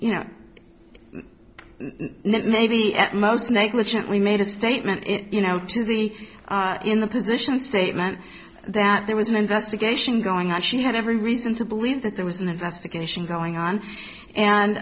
you know maybe at most negligently made a statement you know to be in the position statement that there was an investigation going on she had every reason to believe that there was an investigation going on and